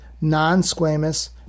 non-squamous